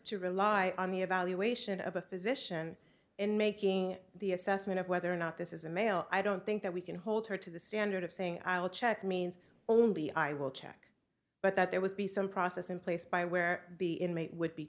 to rely on the evaluation of a physician in making the assessment of whether or not this is a male i don't think that we can hold her to the standard of saying i'll check means only i will check but that there was be some process in place by where b inmate would be